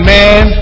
man